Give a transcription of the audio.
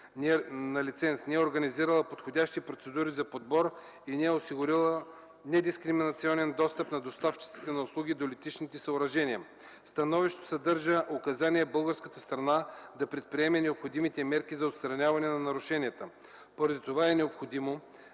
на лиценз, не е организирала подходящи процедури за подбор и не е осигурила недискриминационен достъп на доставчиците на услуги до летищните съоръжения. Становището съдържа указания българската страна да предприеме необходимите мерки за отстраняване на нарушенията. Поради това е необходимо